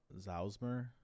Zausmer